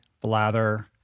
blather